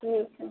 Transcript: ठीक है